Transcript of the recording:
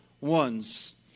ones